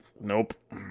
Nope